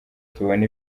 tubona